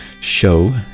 show